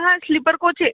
हा sleeper coach आहे